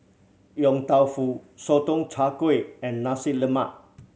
Yong Tau Foo Sotong Char Kway and Nasi Lemak